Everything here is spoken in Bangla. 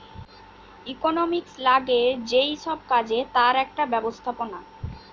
ইকোনোমিক্স লাগে যেই সব কাজে তার একটা ব্যবস্থাপনা